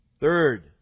Third